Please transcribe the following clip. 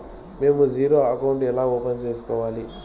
మేము zero account ఎలా open సేసుకోవాలి